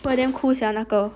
but then damn cool sia 那个